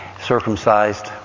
circumcised